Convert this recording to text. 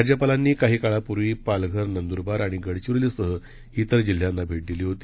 राज्यपालांनी काही काळापूर्वी पालघर नंदुरबार आणि गडचिरोलीसह इतर जिल्ह्यांना भेट दिली होती